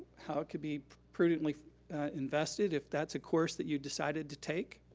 how it could be prudently invested if that's a course that you'd decided to take.